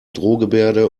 drohgebärde